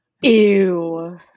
Ew